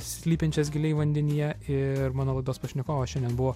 slypinčias giliai vandenyje ir mano laidos pašnekovas šiandien buvo